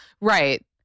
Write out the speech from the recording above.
Right